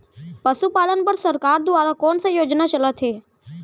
पशुपालन बर सरकार दुवारा कोन स योजना चलत हे?